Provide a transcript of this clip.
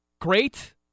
Great